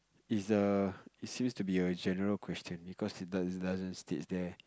is the it's used to be a general question because it doesn't doesn't states there